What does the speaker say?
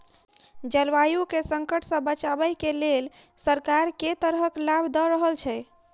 जलवायु केँ संकट सऽ बचाबै केँ लेल सरकार केँ तरहक लाभ दऽ रहल छै?